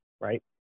right